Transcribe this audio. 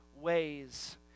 ways